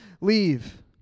leave